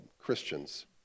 Christians